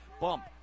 Bump